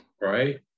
right